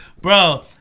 bro